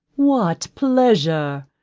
what pleasure,